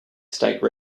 state